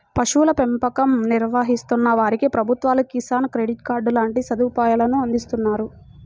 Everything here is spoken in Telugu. పశువుల పెంపకం నిర్వహిస్తున్న వారికి ప్రభుత్వాలు కిసాన్ క్రెడిట్ కార్డు లాంటి సదుపాయాలను అందిస్తున్నారు